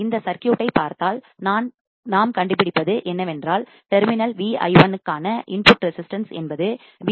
இந்த சர்க்யூட் டை பார்த்தால் நாம் கண்டுபிடிப்பது என்னவென்றால் டெர்மினல் Vi1 க்கான இன்புட் ரெசிஸ்டன்ஸ் என்பது Vi1 R1 R2